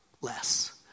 less